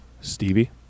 Stevie